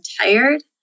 tired